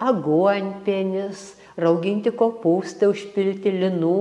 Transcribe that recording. aguonpienis rauginti kopūstai užpilti linų